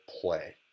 play